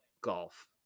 golf